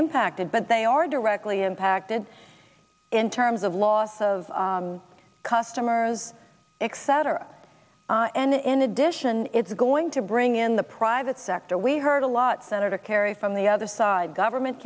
impacted but they are directly impacted in terms of loss of customers except for us and in addition it's going to bring in the private sector we heard a lot senator kerry from the other side government